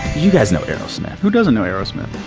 you guys know aerosmith who doesn't know aerosmith?